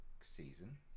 season